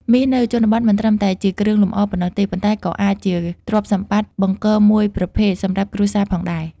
មាសនៅជនបទមិនត្រឹមតែជាគ្រឿងលម្អប៉ុណ្ណោះទេ ប៉ុន្តែក៏អាចជាទ្រព្យសម្បត្តិបង្គរមួយប្រភេទសម្រាប់គ្រួសារផងដែរ។